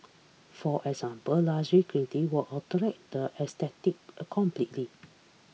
for example lush greenery will alter the aesthetic a completely